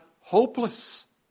hopeless